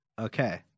Okay